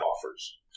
offers